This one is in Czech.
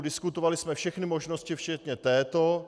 Diskutovali jsme všechny možnosti včetně této.